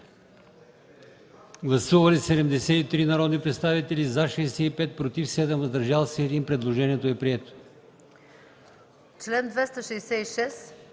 Гласували 92 народни представители: за 23, против 30, въздържали се 39. Предложението не е прието.